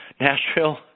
Nashville